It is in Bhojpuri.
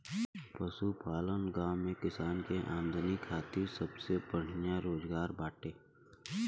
पशुपालन गांव में किसान के आमदनी खातिर सबसे बढ़िया रोजगार बाटे